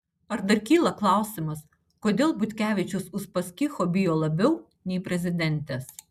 ar dar kyla klausimas kodėl butkevičius uspaskicho bijo labiau nei prezidentės